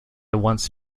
once